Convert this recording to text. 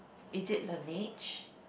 is it Laneige